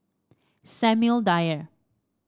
Samuel Dyer